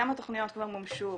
כמה תכניות כבר מומשו,